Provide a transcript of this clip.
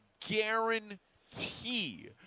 guarantee